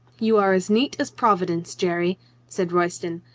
you are as neat as providence, jerry said roy ston.